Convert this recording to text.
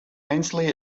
ainslie